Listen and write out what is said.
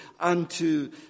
unto